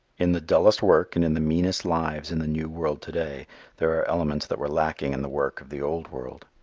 in the dullest work and in the meanest lives in the new world to-day there are elements that were lacking in the work of the old world.